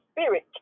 spirit